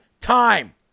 time